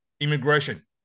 immigration